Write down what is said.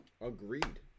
Agreed